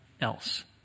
else